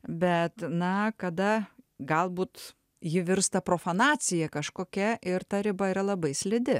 bet na kada galbūt ji virsta profanacija kažkokia ir ta riba yra labai slidi